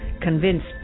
convinced